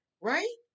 right